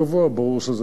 ברור שזה נראה אחרת.